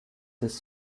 this